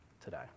today